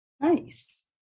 nice